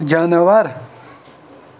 جاناوار